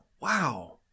Wow